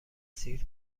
سیر